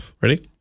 ready